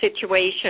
situation